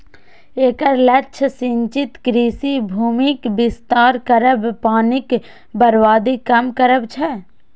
एकर लक्ष्य सिंचित कृषि भूमिक विस्तार करब, पानिक बर्बादी कम करब छै